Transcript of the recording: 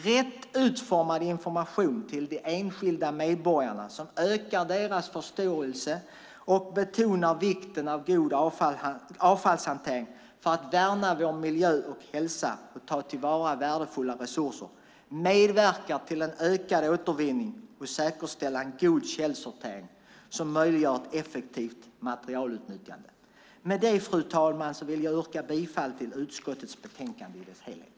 Rätt utformad information till de enskilda medborgarna, som ökar deras förståelse och betonar vikten av god avfallshantering för att värna vår miljö, hälsa och ta till vara värdefulla resurser, medverkar till att öka återvinningen och säkerställa en god källsortering som möjliggör ett effektivt materialutnyttjande. Med detta, fru talman, vill jag yrka bifall till förslaget i utskottets betänkande i dess helhet.